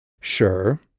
Sure